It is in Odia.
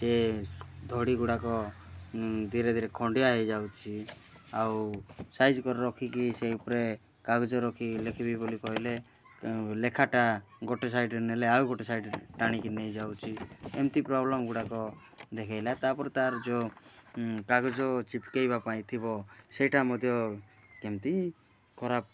ସେ ଧଡ଼ିଗୁଡ଼ିକ ଧିରେ ଧିରେ ଖଣ୍ଡିଆ ହେଇ ଯାଉଛି ଆଉ ସାଇଜ୍ କରି ରଖିକି ସେ ଉପରେ କାଗଜ ରଖି ଲେଖିବି ବୋଲି କହିଲେ ଲେଖାଟା ଗୋଟେ ସାଇଡ଼୍ରେ ନେଲେ ଆଉ ଗୋଟେ ସାଇଡ଼ ଟାଣିକି ନେଇ ଯାଉଛି ଏମିତି ପ୍ରୋବ୍ଲେମଗୁଡ଼ାକ ଦେଖାଇଲା ତା'ପରେ ତା'ର ଯେଉଁ କାଗଜ ଚିପକାଇବା ପାଇଁ ଥିବ ସେଇଟା ମଧ୍ୟ କେମିତି ଖରାପ